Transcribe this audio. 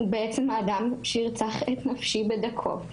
הוא בעצם האדם שירצח את נפשי בדקות,